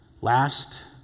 Last